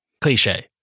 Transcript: cliche